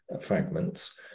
fragments